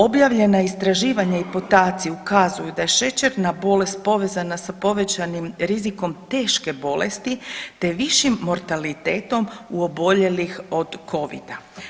Objavljena istraživanja i podaci ukazuju da je šećerna bolest povezana sa povećanim rizikom teške bolesti, te višim mortalitetom u oboljelih od covida.